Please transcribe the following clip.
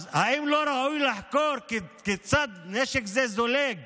אז האם לא ראוי לחקור כיצד נשק זה זולג